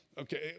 Okay